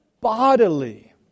bodily